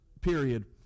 period